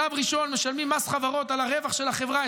שלב ראשון משלמים מס חברות על הרווח של החברה,